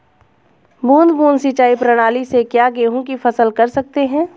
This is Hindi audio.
बूंद बूंद सिंचाई प्रणाली से क्या गेहूँ की फसल कर सकते हैं?